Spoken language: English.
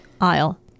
aisle